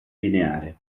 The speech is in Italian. lineare